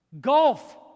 Golf